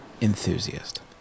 enthusiast